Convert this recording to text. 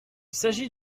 s’agit